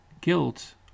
guilt